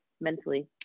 mentally